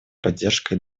поддержкой